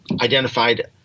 identified